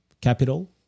capital